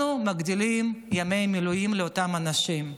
אנחנו מגדילים את מספר ימי המילואים לאותם אנשים.